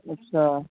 अच्छा